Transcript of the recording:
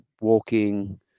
walking